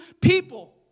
people